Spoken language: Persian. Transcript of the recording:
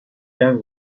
دهم